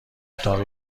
اتاق